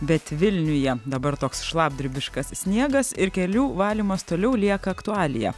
bet vilniuje dabar toks šlapdribiškas sniegas ir kelių valymas toliau lieka aktualija